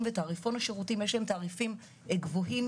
ובתעריפון השירותים יש להם תעריפים גבוהים,